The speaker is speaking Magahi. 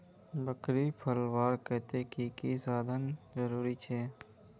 बकरी पलवार केते की की साधन जरूरी छे?